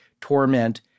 torment